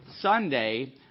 Sunday